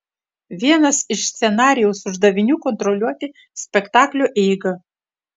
vienas iš scenarijaus uždavinių kontroliuoti spektaklio eigą